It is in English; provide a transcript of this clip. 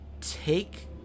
take